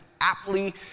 aptly